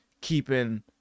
keeping